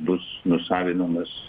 bus nusavinamas